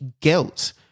guilt